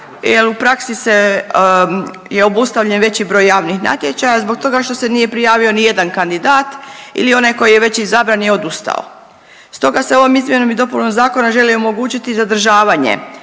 jer u praksi je obustavljen veći broj javnih natječaja zbog toga što se nije prijavio ni jedan kandidat ili onaj koji je već izabran je odustao. Stoga se ovom izmjenom i dopunom zakona želi omogućiti zadržavanje